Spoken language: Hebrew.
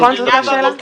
--- נכון שזאת השאלה?